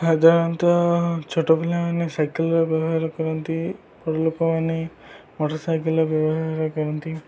ସାଧାରଣତଃ ଛୋଟ ପିଲାମାନେ ସାଇକେଲର ବ୍ୟବହାର କରନ୍ତି ବଡ଼ ଲୋକମାନେ ମଟରସାଇକେଲର ବ୍ୟବହାର କରନ୍ତି